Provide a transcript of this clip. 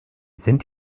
sind